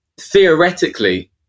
theoretically